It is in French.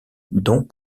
dont